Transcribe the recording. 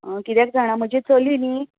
कित्याक जाणां म्हजें चली न्हय